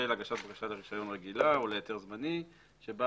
של הגשת בקשה לרישיון רגילה או להיתר זמני שבה